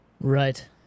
Right